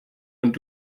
und